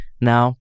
Now